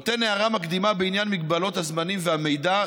הוא נותן הערה מקדימה בעניין מגבלת הזמנים והמידע,